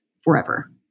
forever